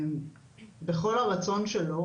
בכל הרצון שלו,